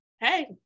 hey